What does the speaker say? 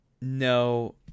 No